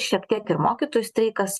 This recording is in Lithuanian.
šiek tiek ir mokytojų streikas